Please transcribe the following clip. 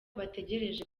bategereje